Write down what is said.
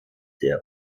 der